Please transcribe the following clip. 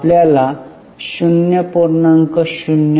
आपल्याला 0